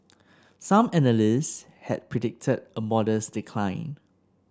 some analysts had predicted a modest decline